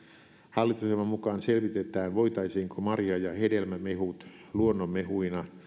hallitusohjelman mukaan selvitetään voitaisiinko marja ja hedelmämehut luonnonmehuina